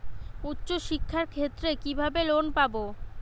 উচ্চশিক্ষার ক্ষেত্রে কিভাবে লোন পাব?